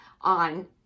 on